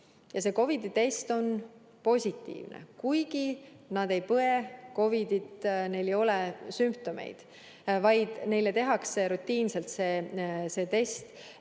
ja see test võib olla positiivne, kuigi nad ei põe COVID-it, neil ei ole sümptomeid, neile tehakse rutiinselt see test.